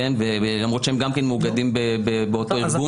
למרות שהם גם כן מאוגדים באותו ארגון.